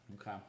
okay